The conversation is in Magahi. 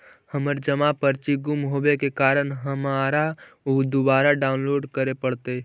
हमर जमा पर्ची गुम होवे के कारण हमारा ऊ दुबारा डाउनलोड करे पड़तई